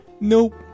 Nope